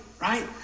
Right